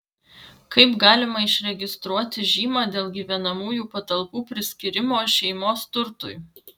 kaip galima išregistruoti žymą dėl gyvenamųjų patalpų priskyrimo šeimos turtui